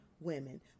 women